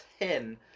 ten